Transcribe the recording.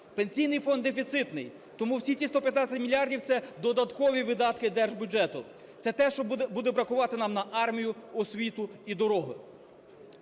Пенсійний фонд дефіцитний, тому всі ці 115 мільярдів – це додаткові видатки держбюджету, це те, що буде бракувати нам на армію, освіту і дороги.